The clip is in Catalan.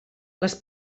les